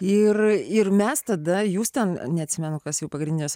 ir ir mes tada jūs ten neatsimenu kas jau pagrindines